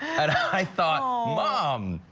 and i thought um mom.